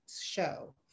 show